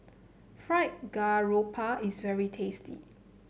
Fried Garoupa is very tasty